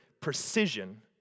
precision